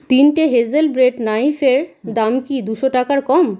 তিনটে hazel bread নাইফের দাম কি দুশো টাকার কম